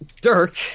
Dirk